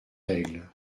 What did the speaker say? règle